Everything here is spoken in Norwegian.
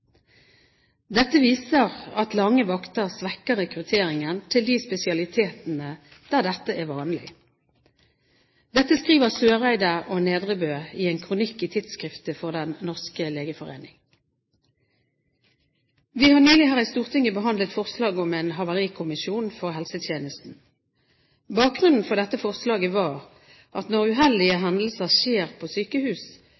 Dette viser at lange vakter svekker rekrutteringen til de spesialitetene der dette er vanlig. Dette skriver Søreide og Nedrebø i en kronikk i Tidsskrift for Den norske legeforening. Vi har nylig her i Stortinget behandlet forslag om en havarikommisjon for helsetjenesten. Bakgrunnen for dette forslaget var at når uheldige